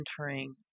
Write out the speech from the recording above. entering